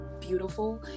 beautiful